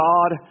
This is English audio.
God